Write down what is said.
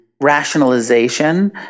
Rationalization